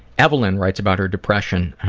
evelyn writes about her depression,